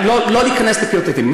אבל לא ניכנס לפרטי-פרטים.